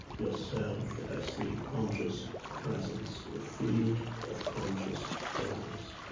yourself as the conscious presence, a field of conscious presence.